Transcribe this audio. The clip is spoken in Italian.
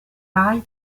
rai